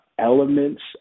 Elements